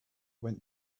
went